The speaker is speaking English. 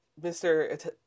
Mr